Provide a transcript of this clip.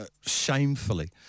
shamefully